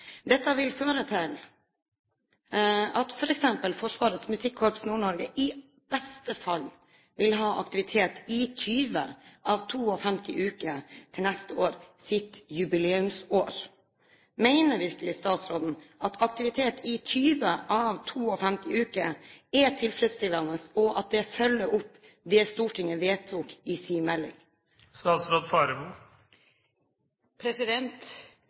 Dette vil føre til at f.eks. Forsvarets musikkorps Nord-Norge i beste fall vil ha aktivitet i 20 av 52 uker til neste år – sitt jubileumsår. Mener virkelig statsråden at aktivitet i 20 av 52 uker er tilfredsstillende, og at det er å følge opp